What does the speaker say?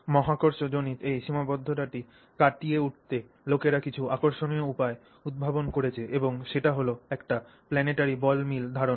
মহাকর্ষজনিত এই সীমাবদ্ধতাটি কাটিয়ে উঠতে লোকেরা কিছু আকর্ষণীয় উপায় উদ্ভাবন করেছে এবং সেটা হল একটি প্লানেটারি বল মিলের ধারণা